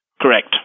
Correct